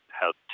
help